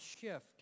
shift